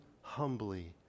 humbly